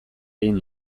egin